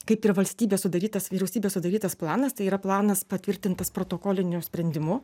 kaip ir valstybės sudarytas vyriausybės sudarytas planas tai yra planas patvirtintas protokoliniu sprendimu